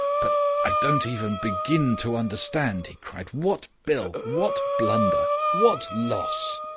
but i don't even begin to understand, he cried. what bill? what blunder? what loss?